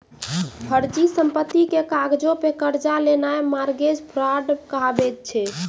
फर्जी संपत्ति के कागजो पे कर्जा लेनाय मार्गेज फ्राड कहाबै छै